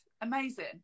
amazing